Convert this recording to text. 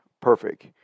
perfect